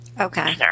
Okay